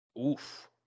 oof